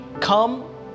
come